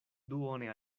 duone